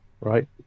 right